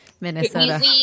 Minnesota